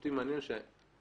אותי מעניין שמכינה,